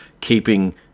keeping